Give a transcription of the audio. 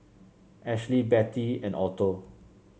Ashlie Betty and Otho